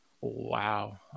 Wow